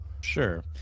sure